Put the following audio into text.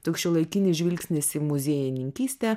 toks šiuolaikinis žvilgsnis į muziejininkystę